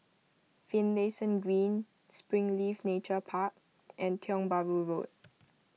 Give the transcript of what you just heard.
Finlayson Green Springleaf Nature Park and Tiong Bahru Road